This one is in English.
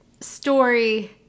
story